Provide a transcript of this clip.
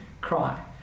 cry